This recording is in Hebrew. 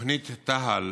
תוכנית תה"ל,